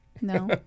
No